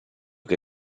che